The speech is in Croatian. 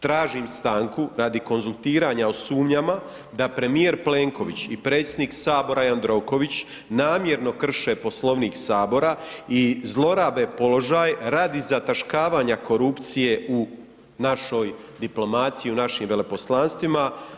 Tražim stanku radi konzultiranja o sumnjama da premijer Plenković i predsjednik Sabora Jandroković namjerno krše Poslovnik Sabora i zlorabe položaj radi zataškavanja korupcije u našoj diplomaciji u našim veleposlanstvima.